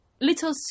little